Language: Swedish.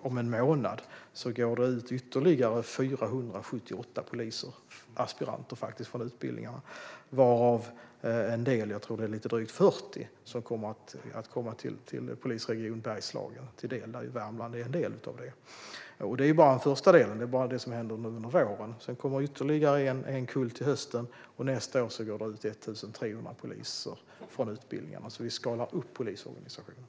om en månad går det ut ytterligare 478 polisaspiranter från utbildningarna varav en del, jag tror att det är lite drygt 40, kommer att komma Polisregion Bergslagen till del där Värmland är en del. Det är bara första delen och det som händer nu under våren. Sedan kommer ytterligare en kull till hösten. Nästa år går det ut 1 300 poliser från utbildningarna, så vi skalar upp polisorganisationen.